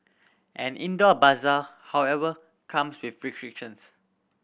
an indoor bazaar however comes with restrictions